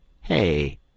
Hey